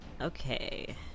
Okay